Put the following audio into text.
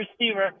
receiver